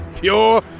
Pure